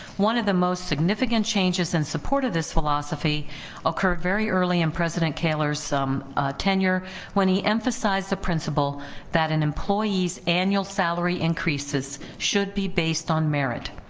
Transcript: one of the most significant changes in support of this philosophy occurred very early in president kaler's tenure when he emphasized the principle that an employee's annual salary increases should be based on merit,